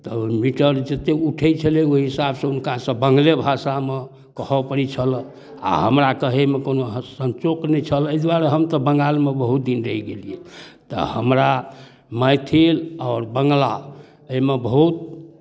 तऽ मीटर जतेक उठै छलै ओहि हिसाबसँ हुनकासँ बंगले भाषामे कहय पड़ै छलै आ हमरा कहैमे कोनो संचोक नहि छलए एहि दुआरे हम तऽ बंगालमे बहुत दिन रहि गेलियै तऽ हमरा मैथिल आओर बंगला एहिमे बहुत